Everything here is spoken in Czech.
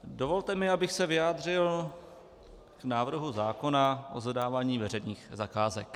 Dovolte mi, abych se vyjádřil k návrhu zákona o zadávání veřejných zakázek.